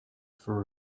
for